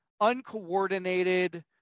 uncoordinated